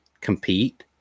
compete